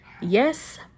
Yes